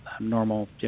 normal